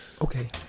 Okay